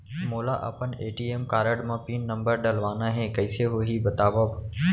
मोला अपन ATM card म पिन नंबर डलवाना हे कइसे होही बतावव?